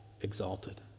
exalted